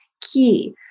key